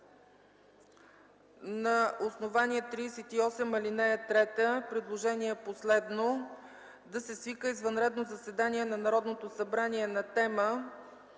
на основание чл. 38, ал. 3, предложение последно, да се свика извънредно заседание на Народното събрание на тема